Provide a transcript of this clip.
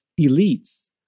elites